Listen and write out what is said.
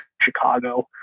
Chicago